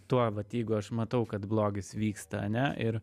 tuo vat jeigu aš matau kad blogis vyksta ane ir